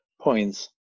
points